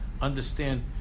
understand